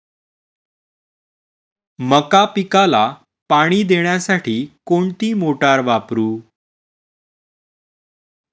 मका पिकाला पाणी देण्यासाठी कोणती मोटार वापरू?